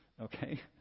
okay